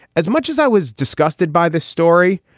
as much as i was disgusted by this story,